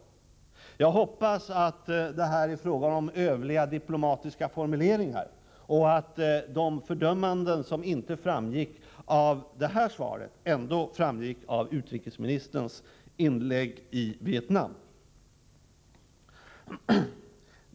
Jag hoppas att detta är fråga om övliga diplomatiska formuleringar och att de fördömanden som inte framgick av detta svar ändå framgick av utrikesministerns inlägg i Vietnam.